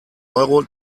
euro